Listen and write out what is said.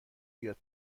بیاد